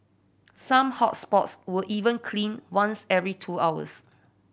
some hot spots were even cleaned once every two hours